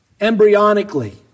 embryonically